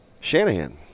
Shanahan